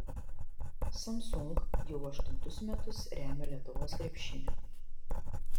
samsung jau aštuntus metus remia lietuvos krepšinį